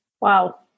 Wow